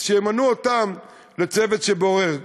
שימנו אותם בצוות שבורר,